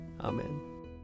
Amen